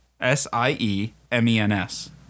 S-I-E-M-E-N-S